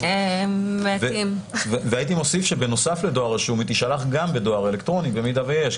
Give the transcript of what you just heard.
הייתי מוסיף שבנוסף לדואר רשום היא תישלח גם בדואר אלקטרוני במידה ויש,